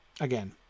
again